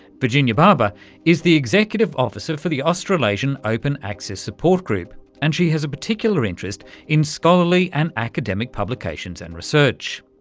virginia barbour is the executive officer for the australasian open access support group and she has a particular interest in scholarly and academic publications and research.